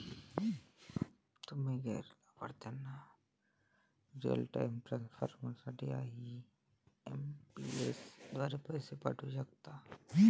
तुम्ही गैर लाभार्थ्यांना रिअल टाइम ट्रान्सफर साठी आई.एम.पी.एस द्वारे पैसे पाठवू शकता